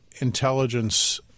intelligence